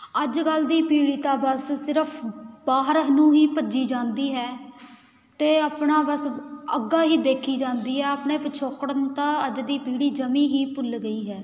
ਅੱਜ ਕੱਲ੍ਹ ਦੀ ਪੀੜ੍ਹੀ ਤਾਂ ਬਸ ਸਿਰਫ਼ ਬਾਹਰ ਨੂੰ ਹੀ ਭੱਜੀ ਜਾਂਦੀ ਹੈ ਅਤੇ ਆਪਣਾ ਬਸ ਅੱਗਾ ਹੀ ਦੇਖੀ ਜਾਂਦੀ ਆ ਆਪਣੇ ਪਿਛੋਕੜ ਨੂੰ ਤਾਂ ਅੱਜ ਦੀ ਪੀੜ੍ਹੀ ਜਮੀ ਹੀ ਭੁੱਲ ਗਈ ਹੈ